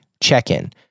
check-in